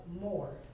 more